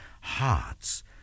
hearts